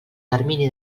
termini